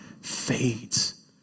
fades